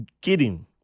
kidding